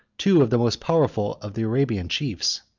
two of the most powerful of the arabian chiefs.